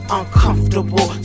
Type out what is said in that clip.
uncomfortable